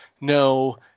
no